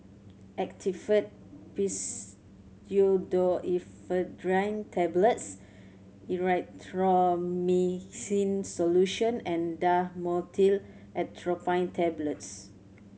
Actifed Pseudoephedrine Tablets Erythroymycin Solution and Dhamotil Atropine Tablets